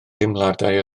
teimladau